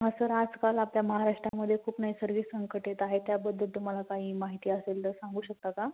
हां सर आजकाल आपल्या महाराष्टामध्ये खूप नैसर्गिक संकट येत आहे त्याबद्दल तुम्हाला काही माहिती असेल तर सांगू शकता का